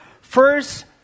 First